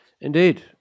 Indeed